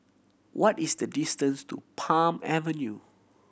what is the distance to Palm Avenue